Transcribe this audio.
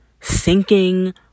sinking